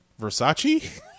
Versace